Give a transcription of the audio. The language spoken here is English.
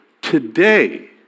Today